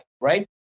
right